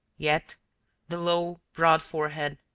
yet the low, broad forehead,